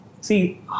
see